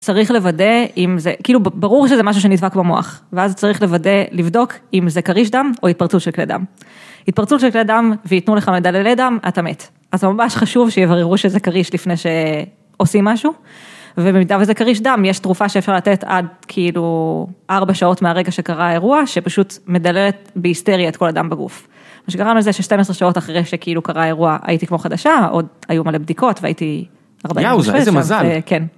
צריך לוודא אם זה, כאילו ברור שזה משהו שנדפק במוח, ואז צריך לוודא, לבדוק אם זה קריש דם או התפרצות של כלי דם. התפרצות של כלי דם, ויתנו לך מדללי דם, אתה מת. אז ממש חשוב שיבררו שזה קריש לפני שעושים משהו, ובמידה וזה קריש דם, יש תרופה שאפשר לתת עד כאילו, ארבע שעות מהרגע שקרה האירוע, שפשוט מדללת בהיסטריה את כל הדם בגוף. מה שגרם לזה, ש-12 שעות אחרי שכאילו קרה האירוע, הייתי כמו חדשה, עוד היו מלא בדיקות, והייתי הרבה מאושפזת. וואו, איזה מזל! כן.